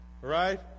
Right